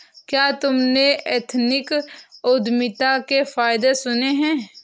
क्या तुमने एथनिक उद्यमिता के फायदे सुने हैं?